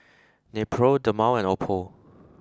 Nepro Dermale and Oppo